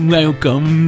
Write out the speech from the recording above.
Welcome